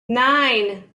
nine